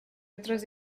otros